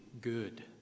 good